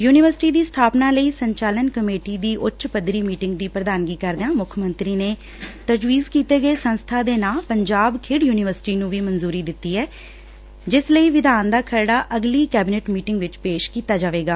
university ਦੀ ਸਬਾਪਨਾ ਲਈ ਸੰਚਾਲਨ ਕਮੇਟੀ ਦੀ ਉਚ ਪੱਧਰੀ ਮੀਟਿੰਗ ਦੀ ਪ੍ਰਧਾਨਗੀ ਕਰਦਿਆਂ ਮੁੱਖ ਮੰਤਰੀ ਨੇ ਤਜਵੀਜ ਕੀਤੇ ਗਏ ਸੰਸਬਾ ਦੇ ਨਾਂ ਪੰਜਾਬ ਖੇਡ ਯੂਨੀਵਰਸਿਟੀ ਨੂੰ ਵੀ ਮੰਜੂਰੀ ਦਿੱਤੀ ਐ ਜਿਸ ਲਈ ਵਿਧਾਨ ਦਾ ਖਰੜਾ ਅਗਲੀ ਕੈਬਨਿਟ ਮੀਟਿੰਗ ਵਿਚ ਪੇਸ਼ ਕੀਤਾ ਜਾਵੇਗਾ